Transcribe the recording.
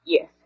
Yes